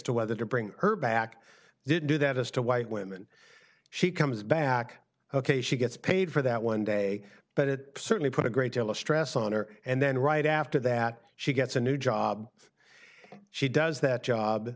to whether to bring her back didn't do that as to white women she comes back ok she gets paid for that one day but it certainly put a great deal of stress on her and then right after that she gets a new job she does that job